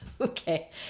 Okay